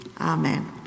Amen